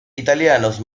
italianos